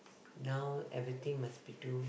now everything must we do